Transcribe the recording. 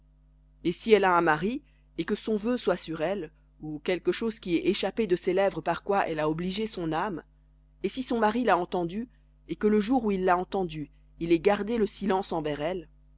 et si elle a un mari et que son vœu soit sur elle ou quelque chose qui ait échappé de ses lèvres par quoi elle a obligé son âme et si son mari l'a entendu et que le jour où il l'a entendu il ait gardé le silence envers elle